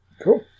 Cool